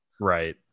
Right